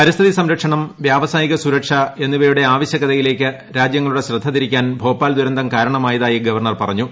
പരിസ്ഥിതി സംരക്ഷണം വ്യാവസായിക സുരക്ഷ എന്നിവയുടെ ആവശ്യകതയിലേക്ക് രാജ്യങ്ങളുടെ ശ്രദ്ധ തിരിക്കാൻ ഭോപ്പാൽ ദുരന്തം കാരണമായതായി ഗവർണ്ണർ പറഞ്ഞു